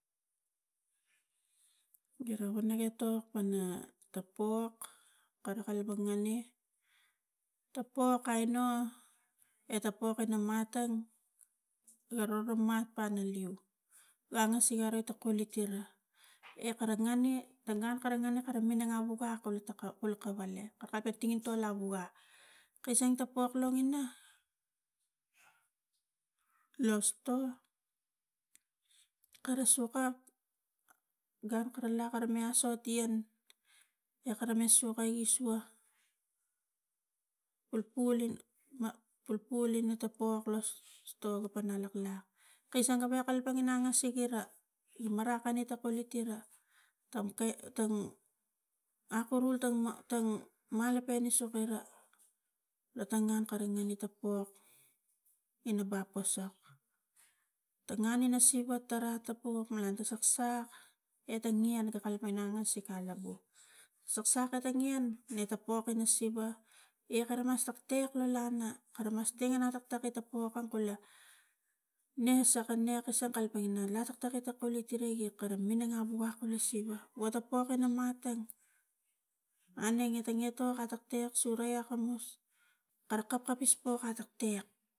Gara wana etok pana pok kara kalapang ngane ta pok ai nu, eta pok ina matang garo lo mat pana leu la angasik are ta kuluti ra ekara ngane, kara ngane ta gun kara ngane kara minang abuta kuluta kul kavane ta tangintol abua kasang ta pok longina lo sto kara sokak gun kara lak kara me asot ian e kara masoka isua, pulpul me pulpul ina ta pok lo sto gi pana laklak kaisang gawek ipang angasik ira i marakane ta kulut ira tang kai tang akurol tang malopen is sok kira lo tang ngan kara ngane tapok ina bap posok. Ta ngan ina siva tara ta puk malang ta soksok eta ngian ta kalapang ina angasik itari, soksok ita ngian ne ta pok ina siva ia kara mas tektek lo lana mas tangina ta tektek ina ta pok kang kula ne soko ne kusang kalapang ina lak tektek ita kulit iri kara minang abua kula siva, tapok ina matang aunenge ta itok i tektek surek akamus kara kapkapis wo tektek.